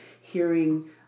hearing